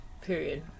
Period